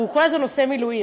והוא כל הזמן עושה מילואים.